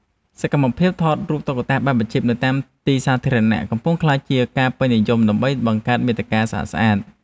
សកម្មភាពថតរូបតុក្កតាបែបអាជីពនៅតាមទីសាធារណៈ កំពុងក្លាយជាការពេញនិយមដើម្បីបង្កើតមាតិកាស្អាតៗ។